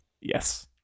yes